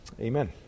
amen